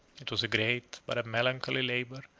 it was a great but a melancholy labor,